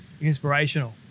inspirational